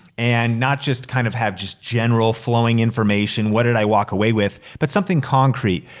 and not just kind of have just general flowing information, what did i walk away with, but something concrete.